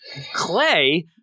Clay